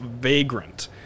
vagrant